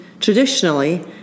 traditionally